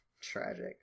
Tragic